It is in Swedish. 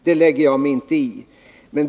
Det lägger jag mig inte i.